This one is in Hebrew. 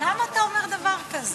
למה אתה אומר דבר כזה?